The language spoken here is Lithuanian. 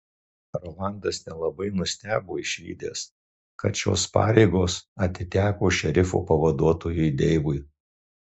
rolandas nelabai nustebo išvydęs kad šios pareigos atiteko šerifo pavaduotojui deivui